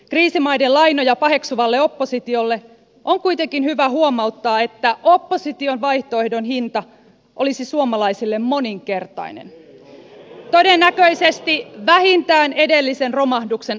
kriisimaiden lainoja paheksuvalle oppositiolle on kuitenkin hyvä huomauttaa että opposition vaihtoehdon hinta olisi suomalaisille moninkertainen todennäköisesti vähintään edellisen romahduksen aiheuttaman suuruinen